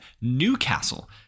Newcastle